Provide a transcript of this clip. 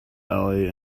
alley